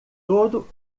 todo